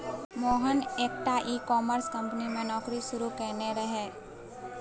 मोहन एकटा e commerce company मे नौकरी शुरू केने रहय